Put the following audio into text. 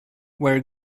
where